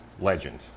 legend